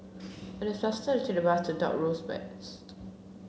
it is faster to the bus to Dock Road West